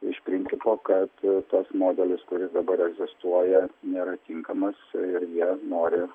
iš principo kad tas modelis kuris dabar egzistuoja nėra tinkamas ir jie nori